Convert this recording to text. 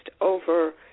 over